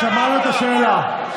שמענו את השאלה.